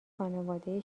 خانواده